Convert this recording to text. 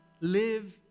live